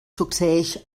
succeïx